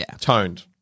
Toned